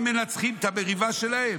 הם מנצחים את המריבה שלהם.